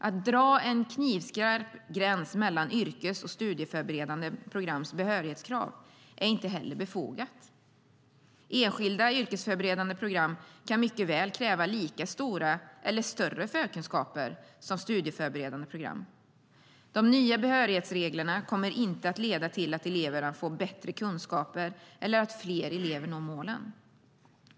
Att dra en knivskarp gräns mellan yrkes och studieförberedande programs behörighetskrav är inte heller befogat. Enskilda yrkesförberedande program kan mycket väl kräva lika stora förkunskaper som studieförberedande program eller större. De nya behörighetsreglerna kommer inte att leda till att eleverna får bättre kunskaper eller att fler elever når målen.